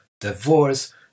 divorce